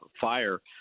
fire